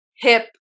hip